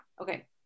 okay